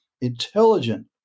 intelligent